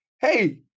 Hey